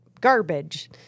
garbage